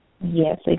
Yes